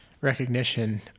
recognition